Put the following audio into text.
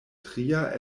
tria